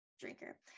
drinker